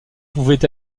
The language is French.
pouvait